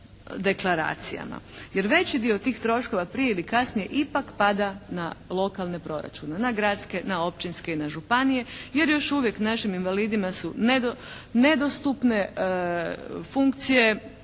jer veći dio tih troškova prije ili kasnije ipak pada na lokalne proračune, na gradske, općinske i na županije jer još uvijek našim invalidima su nedostupne funkcije